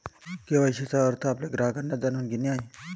KYC चा अर्थ आपल्या ग्राहकांना जाणून घेणे आहे